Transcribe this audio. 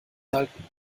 halten